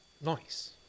Nice